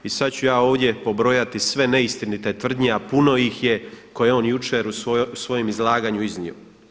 I sad ću ja ovdje pobrojati sve neistinite tvrdnje, a puno ih je koje je on jučer u svojem izlaganju iznio.